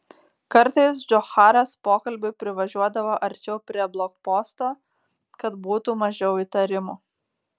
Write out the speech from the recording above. kartais džocharas pokalbiui privažiuodavo arčiau prie blokposto kad būtų mažiau įtarimų